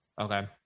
okay